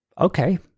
Okay